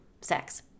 sex